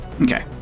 Okay